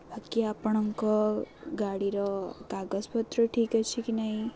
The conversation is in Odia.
ବାକି ଆପଣଙ୍କ ଗାଡ଼ିର କାଗଜପତ୍ର ଠିକ୍ ଅଛି କି ନାହିଁ